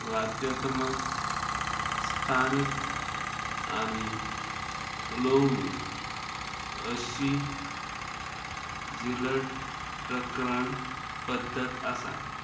वाद्यत्मक स्थानीक आनी लोवणी अशी झिलट प्रकरण पद्दत आसा